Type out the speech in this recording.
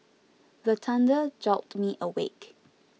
the thunder jolt me awake